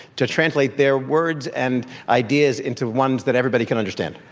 to translate their words and ideas into ones that everybody can understand.